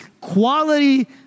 quality